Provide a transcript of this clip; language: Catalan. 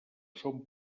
són